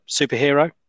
superhero